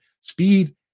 Speed